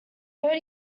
thirty